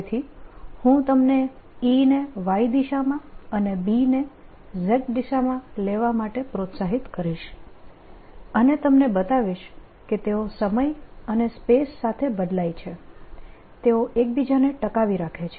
તેથી હું તમને E ને Y દિશામાં અને B ને Z દિશામાં લેવા માટે પ્રોત્સાહિત કરીશ અને તમને બતાવીશ કે તેઓ સમય અને સ્પેસ સાથે બદલાય છે તેઓ એકબીજાને ટકાવી રાખે છે